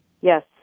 Yes